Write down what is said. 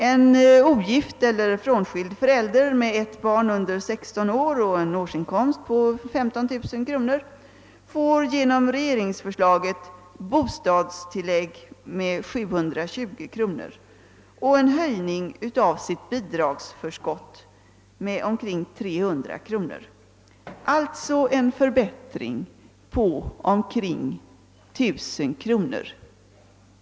En ogift eller frånskild förälder med ett barn under 16 år och en årsinkomst på 15 000 kronor får genom regeringsförslaget bostadstillägg med 720 kronor och en höjning av sitt bidragsförskott med omkring 300 kronor, alltså en förbättring på omkring 1000 kronor.